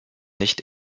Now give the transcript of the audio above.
nicht